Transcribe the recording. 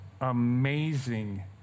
amazing